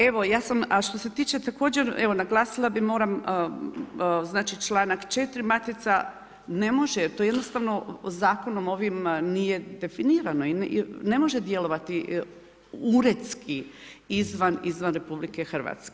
Evo, ja sam, a što se tiče također, evo naglasila bih, moram znači, čl. 4. Matica ne može jer to jednostavno Zakonom ovim nije definirano, ne može djelovati uredski izvan RH.